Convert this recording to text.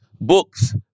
Books